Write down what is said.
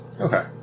Okay